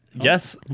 Yes